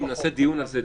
אם נעשה דיון על זה,